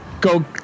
go